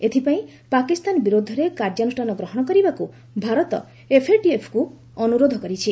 ଏଥିପାଇଁ ପାକିସ୍ତାନ ବିରୁଦ୍ଧରେ କାର୍ଯ୍ୟାନୁଷ୍ଠାନ ଗ୍ରହଣ କରିବାକୁ ଭାରତ ଏଫ୍ଏଟିଏଫ୍କୁ ଅନୁରୋଧ କରିଛି